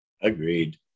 agreed